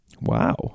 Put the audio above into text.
Wow